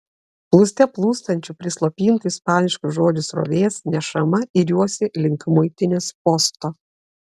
plūste plūstančių prislopintų ispaniškų žodžių srovės nešama iriuosi link muitinės posto